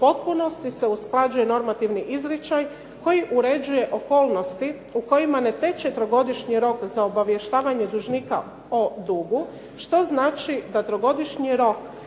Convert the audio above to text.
potpunosti se usklađuje normativni izričaj koji uređuje okolnosti u kojima ne teče trogodišnji rok za obavještavanje dužnika o dugu što znači da trogodišnji rok